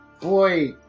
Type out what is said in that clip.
Boy